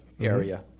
area